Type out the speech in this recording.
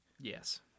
Yes